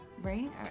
right